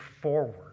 forward